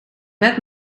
bed